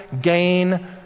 gain